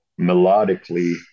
melodically